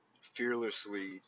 fearlessly